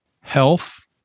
health